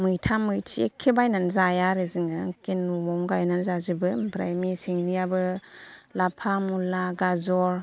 मैथा मैथि एख्खे बायनानै जाया आरो जोङो एख्खे गायनानै जाजोबो ओमफ्राय मेसेंनियाबो लाफा मुला गाजर